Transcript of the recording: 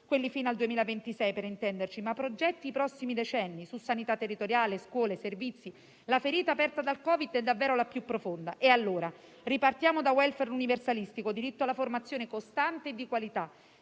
(quelli fino al 2026, per intenderci), ma progettino i prossimi decenni su sanità territoriale, scuole e servizi. La ferita aperta dal Covid è davvero la più profonda. Dunque, ripartiamo da *welfare* universalistico e diritto alla formazione costante e di qualità.